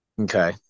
Okay